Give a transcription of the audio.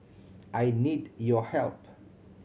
I need your help